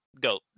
go